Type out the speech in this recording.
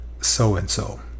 so-and-so